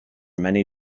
many